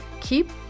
Keep